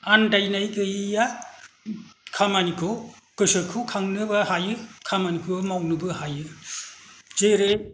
आनदायनाय गैयिआ खामानिखौ गोसोखौ खांनोबो हायो खामानिखौबो मावनोबो हायो जेरै